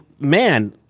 man